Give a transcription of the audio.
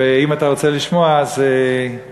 ואם אתה רוצה לשמוע, תמיד.